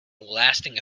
lasting